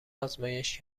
آزمایش